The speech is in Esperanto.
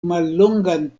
mallongajn